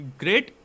great